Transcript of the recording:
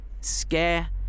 scare